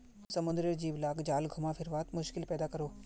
समुद्रेर जीव लाक जाल घुमा फिरवात मुश्किल पैदा करोह